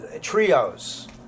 trios